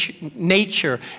nature